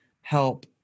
help